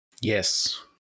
Yes